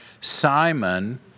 Simon